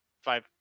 five